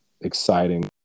exciting